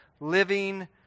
living